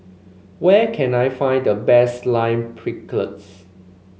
where can I find the best Lime Pickle